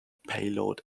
payload